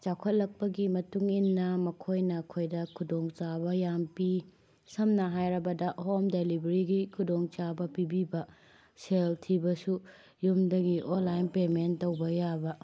ꯆꯥꯎꯈꯠꯂꯛꯄꯒꯤ ꯃꯇꯨꯡ ꯏꯟꯅ ꯃꯈꯣꯏꯅ ꯑꯩꯈꯣꯏꯗ ꯈꯨꯗꯣꯡꯆꯥꯕ ꯌꯥꯝꯅ ꯄꯤ ꯁꯝꯅ ꯍꯥꯏꯔꯕꯗ ꯍꯣꯝ ꯗꯦꯂꯤꯕꯔꯤꯒꯤ ꯈꯨꯗꯣꯡꯆꯥꯕ ꯄꯤꯕꯤꯕ ꯁꯦꯜ ꯊꯤꯕꯁꯨ ꯌꯨꯝꯗꯒꯤ ꯑꯣꯟꯂꯥꯏꯟ ꯄꯦꯃꯦꯟ ꯇꯧꯕ ꯌꯥꯕ